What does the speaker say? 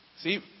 See